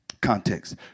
context